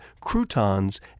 croutons